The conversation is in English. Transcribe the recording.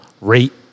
rate